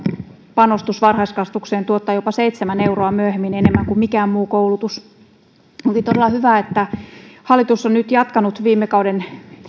panostus varhaiskasvatukseen tuottaa jopa seitsemän euroa myöhemmin enemmän kuin mikään muu koulutus onkin todella hyvä että hallitus on nyt jatkanut viime kauden